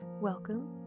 Welcome